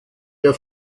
der